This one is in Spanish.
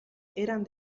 eran